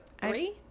three